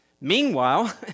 Meanwhile